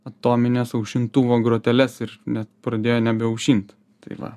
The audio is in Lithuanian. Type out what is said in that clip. atomines aušintuvo groteles ir net pradėjo nebeaušint tai va